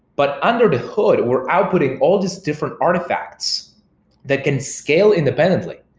but under the hood, we're outputting all these different artifacts that can scale independently.